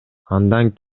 андан